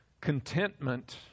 Contentment